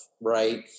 right